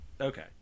Okay